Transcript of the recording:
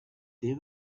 they